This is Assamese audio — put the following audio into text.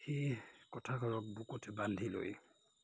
সেই কথাষাৰক বুকুত বান্ধি লৈ